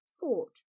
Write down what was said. thought